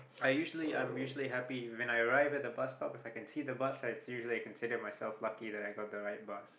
I usually am I usually happy when I arrive at the bus stop If I can see the bus I usually consider my self lucky that I get the right bus